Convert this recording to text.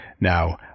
now